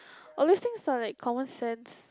all these things are like common sense